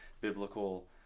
biblical